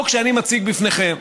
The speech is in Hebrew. החוק שאני מציג בפניכם